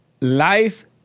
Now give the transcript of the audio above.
Life